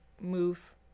move